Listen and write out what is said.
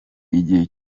igihe